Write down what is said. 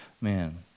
man